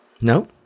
No